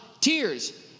tears